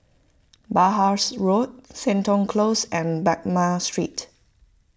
Penhas Road Seton Close and Baghdad Street